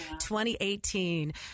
2018